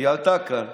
היא עלתה כאן,